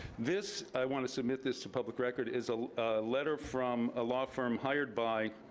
this i wanna submit this to public record, is a letter from a law firm hired by